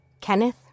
Kenneth